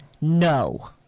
No